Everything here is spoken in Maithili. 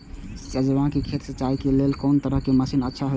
राजमा के खेत के सिंचाई के लेल कोन तरह के मशीन अच्छा होते?